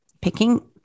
picking